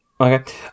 Okay